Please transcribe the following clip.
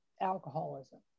alcoholism